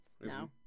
No